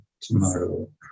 tomorrow